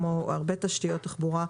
כמו הרבה תשתיות תחבורה,